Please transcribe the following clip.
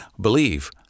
Believe